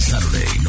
Saturday